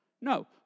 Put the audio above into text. No